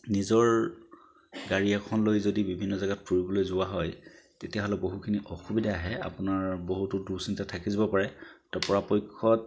নিজৰ গাড়ী এখন লৈ যদি বিভিন্ন জেগাত ফুৰিবলৈ যোৱা হয় তেতিয়াহ'লে বহুখিনি অসুবিধা আহে আপোনাৰ বহুতো দুচিন্তা থাকি যাব পাৰে তো পৰাপক্ষত